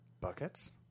buckets